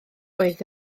oedd